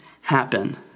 happen